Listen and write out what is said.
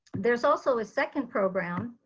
there is also a second program,